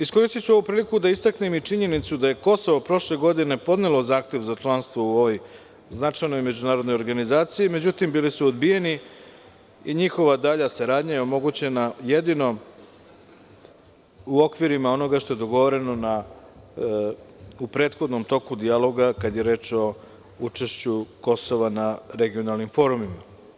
Iskoristiću ovu priliku da istaknem i činjenicu da je Kosovo prošle godine podnelo zahtev za članstvo u ovoj značajnoj međunarodnoj organizaciji, međutim bili su odbijeni i njihova dalja saradnja je omogućena jedino u okvirima onoga što je dogovoreno u prethodnom toku dijaloga kada je reč o učešću Kosova na regionalnim forumima.